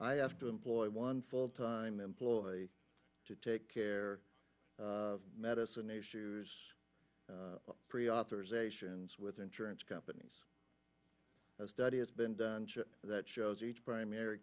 i have to employ one full time employee to take care medicine issues pre authorization ends with insurance companies as study has been done shit that shows each primary